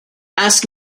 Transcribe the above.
ask